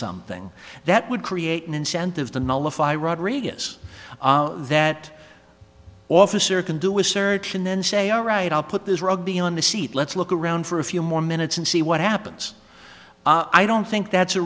something that would create an incentive to nullify rodrigues that officer can do a search and then say all right i'll put this rugby on the seat let's look around for a few more minutes and see what happens i don't think that's a